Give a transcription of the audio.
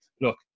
look